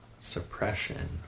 suppression